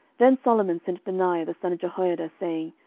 then solomon sent benaiah the son of jehoiada, saying,